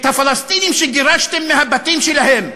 הפלסטינים שגירשתם מהבתים שלהם,